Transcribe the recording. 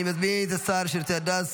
אני מזמין את השר לשירותי דת,